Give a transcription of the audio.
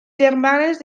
germanes